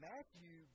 Matthew